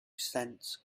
sense